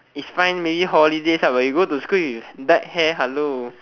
it's fine maybe holidays ah but you go to school with dyed hair hello